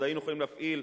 עוד היינו יכולים להפעיל,